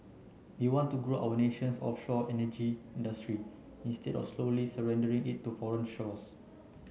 we want to grow our nation's offshore energy industry instead of slowly surrendering it to foreign shores